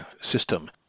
system